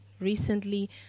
Recently